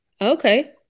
Okay